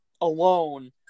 alone